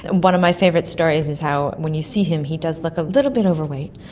and one of my favourite stories is how when you see him he does look a little bit overweight,